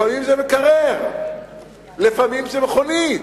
לפעמים זה מקרר, לפעמים זה מכונית.